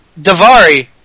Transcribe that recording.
Davari